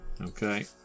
Okay